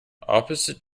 opposite